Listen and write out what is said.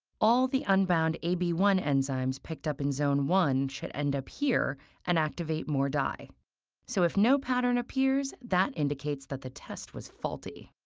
all the unbound a b one enzymes picked up in zone one should end up here and activate more dye so if no pattern appears, that indicates that the test was faulty.